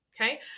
Okay